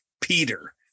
Peter